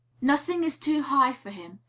nothing is too high for him,